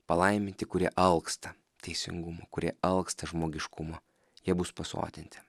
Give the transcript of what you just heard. palaiminti kurie alksta teisingumu kurie alksta žmogiškumo jie bus pasotinti